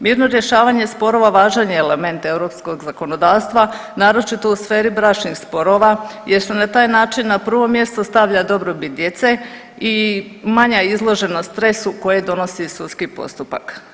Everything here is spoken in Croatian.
Mirno rješavanje sporova važan je element europskog zakonodavstva, naročito u sferi bračnih sporova jer se na taj način na prvo mjesto stavlja dobrobit djece i manja je izloženost stresu koje donosi sudski postupak.